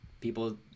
People